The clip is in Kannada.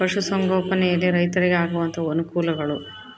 ಪಶುಸಂಗೋಪನೆಯಲ್ಲಿ ರೈತರಿಗೆ ಆಗುವಂತಹ ಅನುಕೂಲಗಳು?